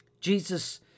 Jesus